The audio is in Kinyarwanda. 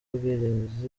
ubwirinzi